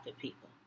people